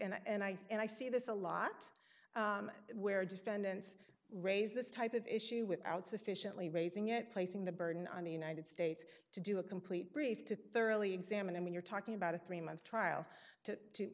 do and i and i see this a lot where defendants raise this type of issue without sufficiently raising it placing the burden on the united states to do a complete brief to thoroughly examine him when you're talking about a three month trial to